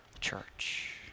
church